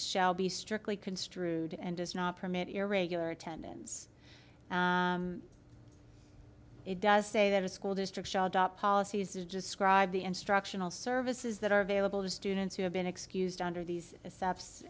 shall be strictly construed and does not permit irregular attendance it does say that a school district policy is describe the instructional services that are available to students who have been excused under these